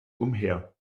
umher